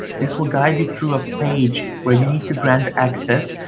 this will guide you through a page where you need to grant access.